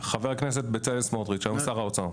חבר הכנסת בצלאל סמוטריץ', היום שר האוצר.